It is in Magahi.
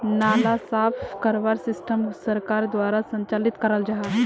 नाला साफ करवार सिस्टम सरकार द्वारा संचालित कराल जहा?